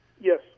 Yes